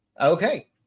Okay